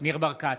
ניר ברקת,